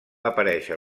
aparèixer